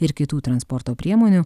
ir kitų transporto priemonių